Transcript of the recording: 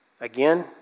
Again